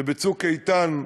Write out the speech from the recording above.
ב"צוק איתן"